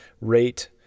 rate